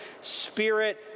spirit